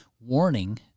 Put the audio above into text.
warning